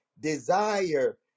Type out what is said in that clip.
desire